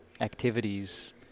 Activities